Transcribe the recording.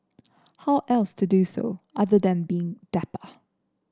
how else to do so other than being dapper